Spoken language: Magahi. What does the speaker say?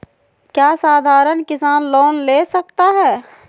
क्या साधरण किसान लोन ले सकता है?